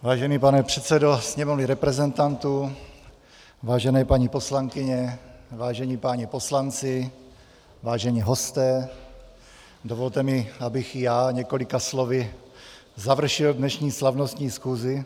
Vážený pane předsedo Sněmovny reprezentantů, vážené paní poslankyně, vážení páni poslanci, vážení hosté, dovolte mi, abych i já několika slovy završil dnešní slavnostní schůzi.